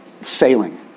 sailing